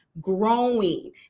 growing